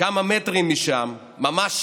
כמה מטרים משם, ממש